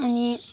अनि